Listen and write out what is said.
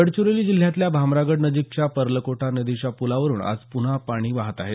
गडचिरोली जिल्ह्यातल्या भामरागड नजीकच्या पर्लकोटा नदीच्या पुलावरून आज पुन्हा पाणी वाहत आहे